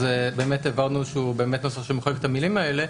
אז העברנו נוסח שבאמת מוחק את המילים האלה,